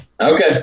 Okay